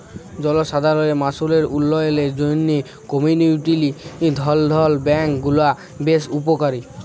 জলসাধারল মালুসের উল্ল্যয়লের জ্যনহে কমিউলিটি বলধ্ল ব্যাংক গুলা বেশ উপকারী